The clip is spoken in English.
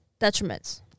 detriments